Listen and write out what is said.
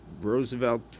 Roosevelt